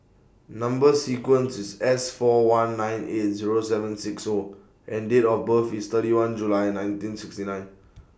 Number sequence IS S four one nine eight Zero seven six O and Date of birth IS thirty one July nineteen sixty nine